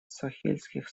сахельских